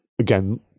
again